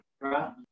Right